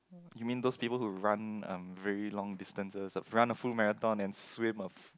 you mean those people who run um very long distances run a full marathon and swim a